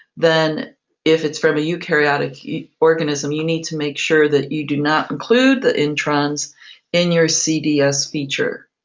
then if it's from a eukaryotic organism, you need to make sure that you do not include the introns in your cds feature.